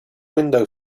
window